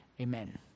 amen